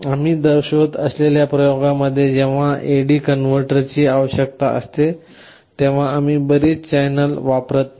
आम्ही दर्शवित असलेल्या प्रयोगांमध्ये जेव्हा आपल्याला AD कन्व्हर्टर ची आवश्यकता असते तेव्हा आम्ही बरेच चॅनेल वापरत नाही